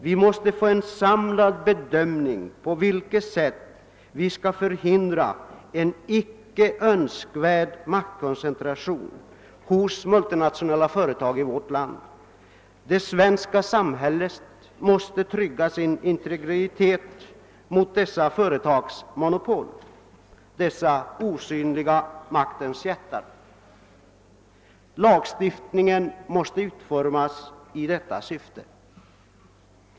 Vi måste få en samlad bedömning av hur vi skall förhindra en icke önskvärd maktkoncentration hos multinationella företag i vårt land. Det svenska samhället måste trygga sin integritet mot dessa företags monopol — dessa den osynliga maktens jättar. Lagstiftningen måste utformas i enlighet härmed.